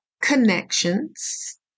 connections